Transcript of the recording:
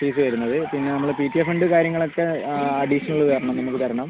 fees വരുന്നത് പിന്നെ നമ്മുടെ പി ടി എ ഫണ്ട് കാര്യങ്ങളൊക്കെ ആ അഡിഷണൽ തരണം നമുക്ക് തരണം